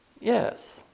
Yes